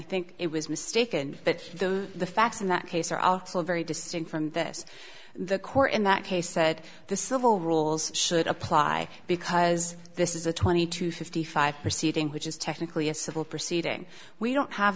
think it was mistaken but the facts in that case are also very distinct from this the court in that case said the civil rules should apply because this is a twenty to fifty five proceeding which is technically a civil proceeding we don't have